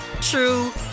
true